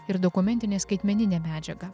ir dokumentinė skaitmeninė medžiaga